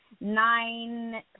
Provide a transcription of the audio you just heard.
nine